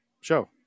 show